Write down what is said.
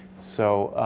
so